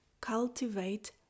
cultivate